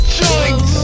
joint